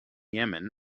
yemen